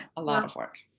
a lot of work.